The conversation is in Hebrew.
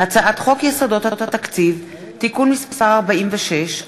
הצעת חוק יסודות התקציב (תיקון מס' 46),